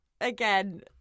Again